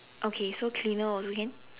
okay so cleaner also can